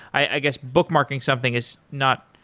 i guess bookmarking something is not